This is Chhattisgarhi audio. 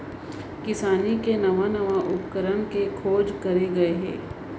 किसानी के नवा नवा उपकरन के खोज करे गए हे